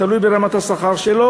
תלוי ברמת השכר,